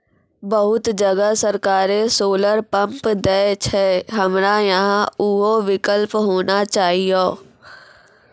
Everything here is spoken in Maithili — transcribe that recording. बहुत जगह सरकारे सोलर पम्प देय छैय, हमरा यहाँ उहो विकल्प होना चाहिए?